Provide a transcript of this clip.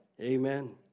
Amen